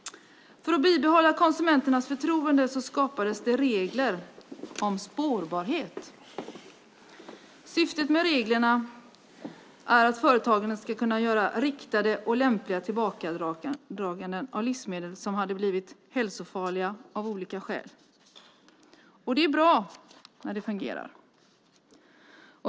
För att bibehålla konsumenternas förtroende skapades det regler om spårbarhet. Syftet med reglerna är att företagarna ska kunna göra riktade och lämpliga tillbakadraganden av livsmedel som har blivit hälsofarliga av olika skäl. Och det är bra när det fungerar.